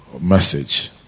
message